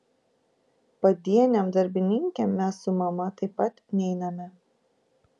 padienėm darbininkėm mes su mama taip pat neiname